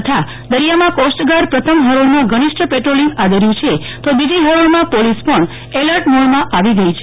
તથા દરિયામાં કોસ્ટગાર્ડ પ્રથમ હરોળમાં ઘનીષ્ઠ પેટ્રોલીંગ આદર્યું છે તો બીજી હરોળમાં પોલીસ પણ એલર્ટ મોડમાં આવી ગઇ છે